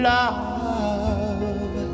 love